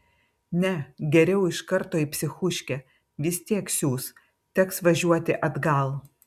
ne geriau iš karto į psichuškę vis tiek siųs teks važiuoti atgal